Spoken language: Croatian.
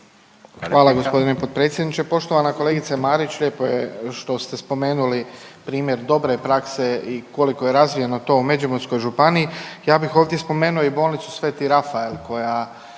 Hvala gospodine potpredsjedniče. Poštovana kolegice Marić lijepo je što ste spomenuli primjer dobre prakse i koliko je razvijeno to u Međimurskoj županiji. Ja bih ovdje spomenuo i bolnicu Sveti Rafael koja